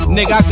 Nigga